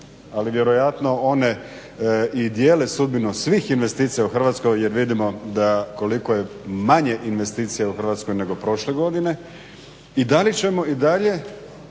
Ali vjerojatno i dijele sudbinu svih investicija u Hrvatskoj jel vidimo koliko je manje investicija u Hrvatskoj nego prošle godine i da li ćemo i dalje